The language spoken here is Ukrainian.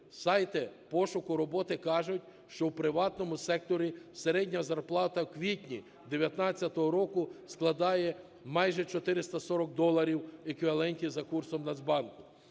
Сайти пошуку роботи кажуть, що в приватному секторі середня зарплата в квітні 19-го року складає майже 440 доларів в еквіваленті за курсом Нацбанку.